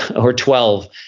or twelve.